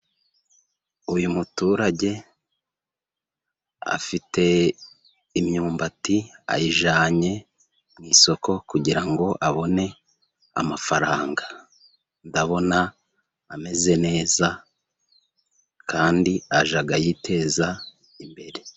Uyu muturage afite imyumbati, ayijyanye mu isoko kugira ngo abone amafaranga. Ndabona ameze neza, kandi ajya yiteza imbere.